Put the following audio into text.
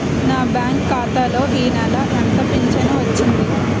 నా బ్యాంక్ ఖాతా లో ఈ నెల ఎంత ఫించను వచ్చింది?